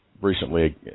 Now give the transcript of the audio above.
recently